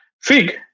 Fig